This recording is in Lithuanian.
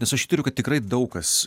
nes aš įtariu kad tikrai daug kas